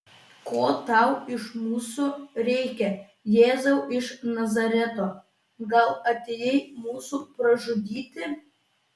ko tau iš mūsų reikia jėzau iš nazareto gal atėjai mūsų pražudyti